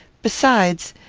besides,